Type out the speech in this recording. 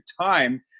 time